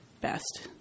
best